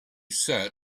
sat